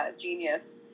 genius